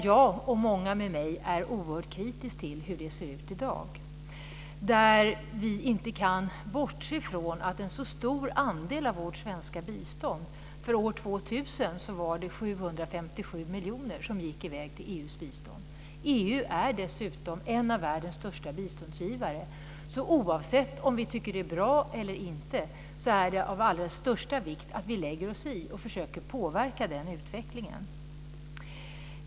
Jag, och många med mig, är oerhört kritisk till hur det ser ut i dag. Vi kan inte bortse från att en så stor andel av vårt svenska bistånd, för år 2000 var det 757 miljoner, går i väg till EU:s bistånd. EU är dessutom en av världens största biståndsgivare. Oavsett om vi tycker att det är bra eller inte är det av allra största vikt att vi lägger oss i och försöker att påverka utvecklingen.